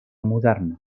moderna